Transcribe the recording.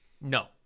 No